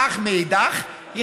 אך מאידך גיסא,